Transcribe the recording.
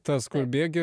tas kur bėgi